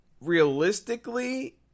realistically